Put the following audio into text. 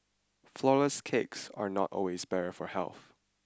flourless cakes are not always better for health